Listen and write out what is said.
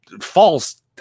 false